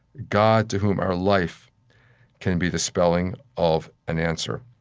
god to whom our life can be the spelling of an answer.